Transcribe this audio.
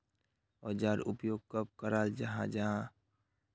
औजार उपयोग कब कराल जाहा जाहा?